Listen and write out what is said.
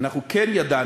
אנחנו כן ידענו,